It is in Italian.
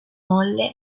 molle